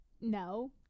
No